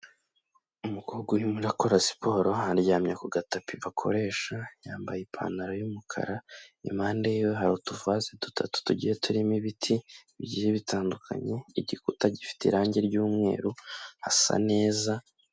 Umukobwa urimo akora siporo aryamye ku gatapi bakoresha, yambaye ipantaro y'umukara, impande ye hari utuvase dutatu tugiye turimo ibiti bigiye bitandukanye, igikuta gifite irangi ry'umweru asa neza.